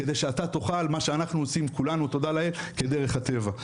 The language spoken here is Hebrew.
כדי שאתה תוכל מה שאנחנו עושים כולנו תודה לאל כדרך הטבע.